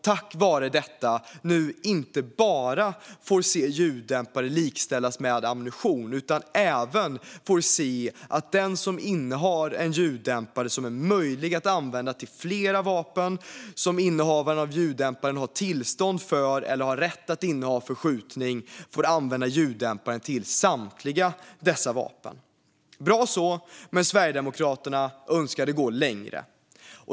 Tack vare detta får de nu inte bara se ljuddämpare likställas med ammunition, utan de får även se att den som innehar en ljuddämpare som är möjlig att använda till flera vapen som innehavaren av ljuddämparen har tillstånd för eller har rätt att inneha för skjutning får använda ljuddämparen till samtliga dessa vapen. Bra så, men Sverigedemokraterna önskade gå längre.